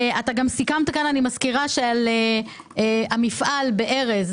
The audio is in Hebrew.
אתה גם סיכמת כאן, אני מזכירה, על המפעל בארז.